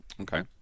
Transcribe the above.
okay